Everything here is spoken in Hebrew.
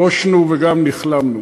בושנו וגם נכלמנו.